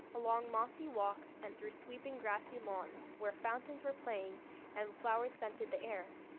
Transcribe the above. along mossy walks and through sweeping grassy lawns where fountains were playing and flowers scented the air.